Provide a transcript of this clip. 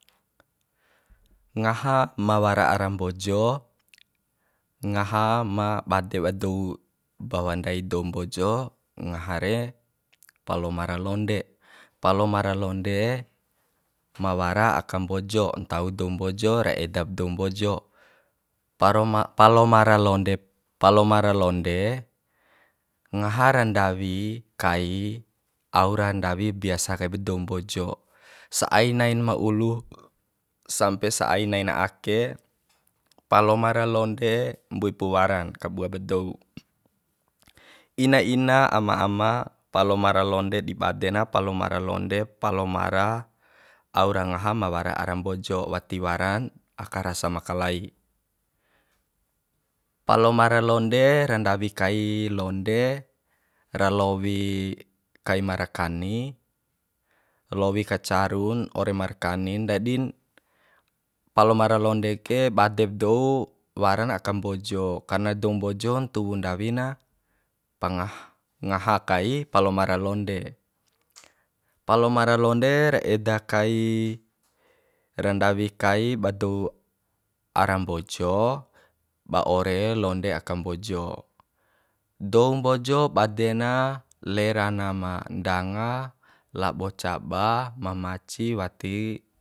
Ngaha ma wara ara mbojo ngaha ma bade ba dou bahwa ndai dou mbojo ngaha re palomara londe palomara londe ma wara aka mbojo ntau dou mbojo ra edab dou mbojo paro palomara londe palomara londe ngaha ra ndawi kai au ra ndawi biasa kaiba dou mbojo sa ai nain ma ulu sampesa ai nain ake palomara londe mbuipu waran kabua pa dou ina ina ama ama palomara londe di bade na palomara londe palomara au ra ngaham ma wara ara mbojo wati waran aka rasa ma kalai palomara londe ra ndawi kai londe ra lowi kai marakani lowi ka carun ore markanin ndadin palomara londe ke badeb dou waran aka mbojo karna dou mbojom ntuwu ndawi na pangah ngaha kai palomara londe palomara londe ra eda kai ra ndawi kai ba dou ara mbojo ba ore londe aka mbojo dou mbojo bade na lera na ma ndanga labo caba ma maci wati